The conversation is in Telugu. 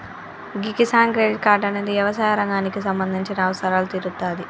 గీ కిసాన్ క్రెడిట్ కార్డ్ అనేది యవసాయ రంగానికి సంబంధించిన అవసరాలు తీరుత్తాది